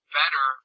better